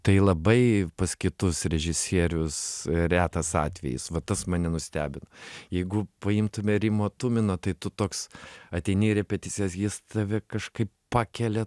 tai labai pas kitus režisierius retas atvejis va tas mane nustebino jeigu paimtume rimo tumino tai tu toks ateini į repeticijas jis tave kažkaip pakelia